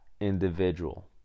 individual